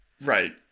Right